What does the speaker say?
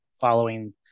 following